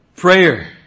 Prayer